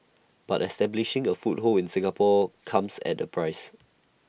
but establishing A foothold in Singapore comes at A price